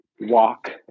walk